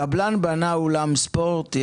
קבלן בנה אולם ספורט,